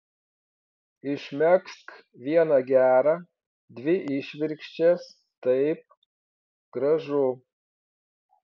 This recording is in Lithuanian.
išmegzk vieną gerą dvi išvirkščias taip gražu